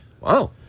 wow